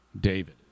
David